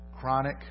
Chronic